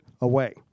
away